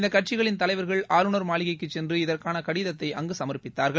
இந்த கட்சிகளின் தலைவர்கள் ஆளுநர் மாளிகைக்கு சென்று இதற்கான கடிதத்தை அங்கு சமர்ப்பித்தார்கள்